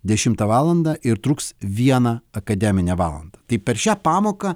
dešimtą valandą ir truks vieną akademinę valandą tai per šią pamoką